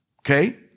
Okay